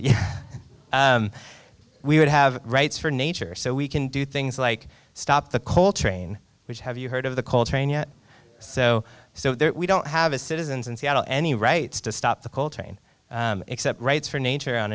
know we would have rights for nature so we can do things like stop the coal train which have you heard of the coal train yet so so that we don't have a citizens in seattle any rights to stop the coal train except writes for nature on